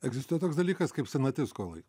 egzistuoja toks dalykas kaip senatis skolai